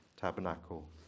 tabernacle